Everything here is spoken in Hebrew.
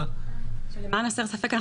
למען הסר ספק,